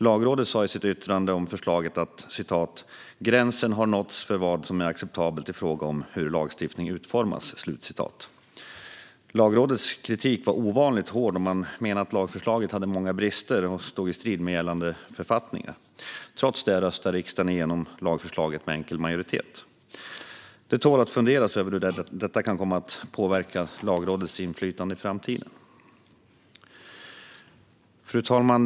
Lagrådet sa i sitt yttrande om förslaget att "gränsen har nåtts för vad som är acceptabelt i fråga om hur lagstiftning kan utformas". Lagrådets kritik var ovanligt hård, och man menade att lagförslaget hade många brister och stod i strid med gällande författningar. Trots det röstade riksdagen igenom lagförslaget med enkel majoritet. Det tål att funderas över hur detta kan komma att påverka Lagrådets inflytande i framtiden. Fru talman!